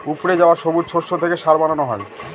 উপড়ে যাওয়া সবুজ শস্য থেকে সার বানানো হয়